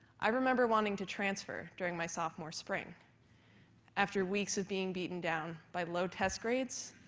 i remember wanting to transfer during my sophomore spring after weeks of being beaten down by low test grades,